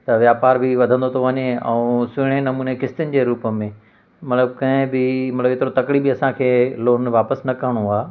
त वापार बि वधंदो थो वञे ऐं सुहिणे नमूने किश्तनि जे रूप में मतिलबु कंहिं बि मतिलबु एतिरो तकिड़ी बि असांखे लोन वापसि न करिणो आहे